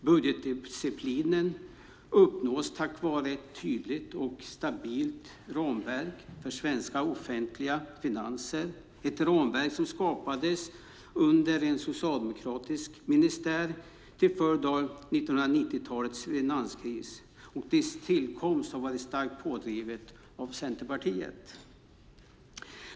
Budgetdisciplinen uppnås tack vare ett tydligt och stabilt ramverk för svenska offentliga finanser, ett ramverk som skapades under en socialdemokratisk ministär till följd av 1990-talets finanskris. Till dess tillkomst var Centerpartiet starkt pådrivande.